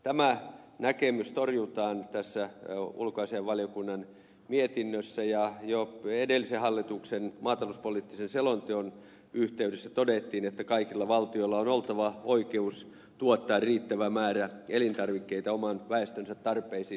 tämä näkemys torjutaan tässä ulkoasiainvaliokunnan mietinnössä ja jo edellisen hallituksen maatalouspoliittisen selonteon yhteydessä todettiin että kaikilla valtioilla on oltava oikeus tuottaa riittävä määrä elintarvikkeita oman väestönsä tarpeisiin